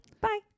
Bye